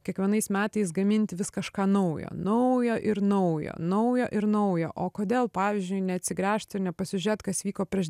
kiekvienais metais gaminti vis kažką naujo naujo ir naujo naujo ir naujo o kodėl pavyzdžiui neatsigręžt ir nepasižiūrėt kas vyko prieš